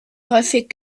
häufig